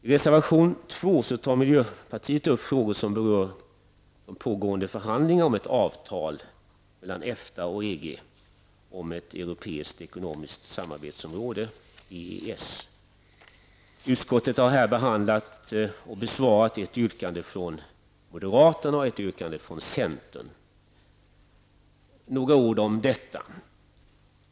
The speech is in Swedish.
I reservation 2 tar miljöpartiet upp frågor som berör de pågående förhandlingarna om ett avtal mellan EFTA och EG om ett europeiskt ekonomiskt samarbetsområde, EES. Utskottet har där behandlat och besvarat ett yrkande från moderaterna och ett från centern. Några ord om detta.